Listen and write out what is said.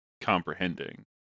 comprehending